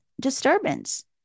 disturbance